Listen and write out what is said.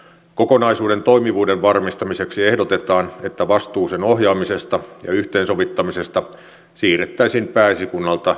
kokonaisuuden toimivuuden varmistamiseksi ehdotetaan että vastuu sen ohjaamisesta ja yhteensovittamisesta siirrettäisiin pääesikunnalta maanpuolustuskorkeakoululle